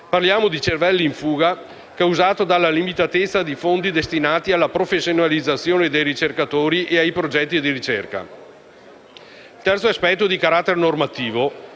parliamo di cervelli in fuga, a causa della limitatezza dei fondi destinati alla professionalizzazione dei ricercatori e ai progetti di ricerca. Da rilevare, poi, è l'aspetto di carattere normativo,